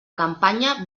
campanya